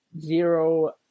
zero